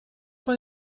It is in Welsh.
mae